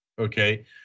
okay